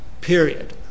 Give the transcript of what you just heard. period